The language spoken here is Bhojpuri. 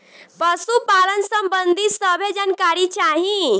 पशुपालन सबंधी सभे जानकारी चाही?